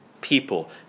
people